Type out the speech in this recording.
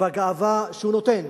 ובגאווה שהוא נותן,